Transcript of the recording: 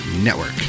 Network